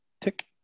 tick